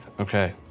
Okay